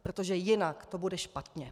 Protože jinak to bude špatně.